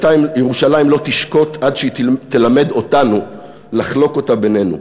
ירושלים לא תשקוט עד שהיא תלמד אותנו לחלוק אותה בינינו,